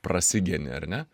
prasigeni ar ne